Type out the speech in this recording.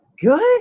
Good